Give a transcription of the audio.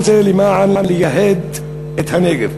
כל זה למען ייהוד הנגב.